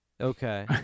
Okay